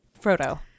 Frodo